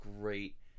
great